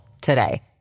today